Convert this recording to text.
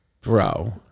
bro